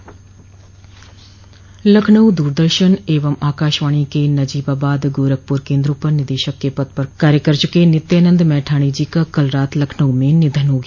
लखनऊ दूरदर्शन एवं आकाशवाणी के नजीबाबाद गोरखप्र केन्द्रों पर निदेशक के पद पर कार्य कर चुके नित्यानंद मैठाणी जी का कल रात लखनऊ में निधन हो गया